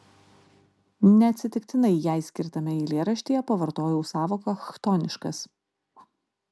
neatsitiktinai jai skirtame eilėraštyje pavartojau sąvoką chtoniškas